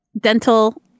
Dental